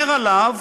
אומר עליו